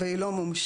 והיא לא מומשה.